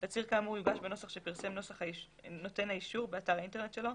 תצהיר כאמור יוגש בנוסח שפרסם נותן האישור באתר האינטרנט שלו.